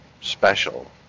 special